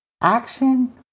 Action